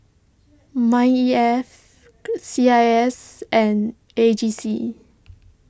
Mind E F C I S and A G C